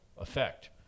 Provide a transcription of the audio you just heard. effect